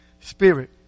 spirit